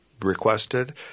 requested